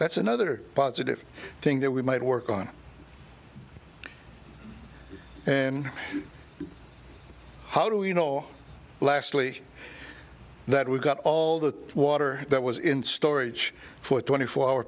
that's another positive thing that we might work on and how do you know lastly that we've got all that water that was in storage for twenty four hour